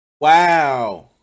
Wow